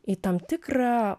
į tam tikrą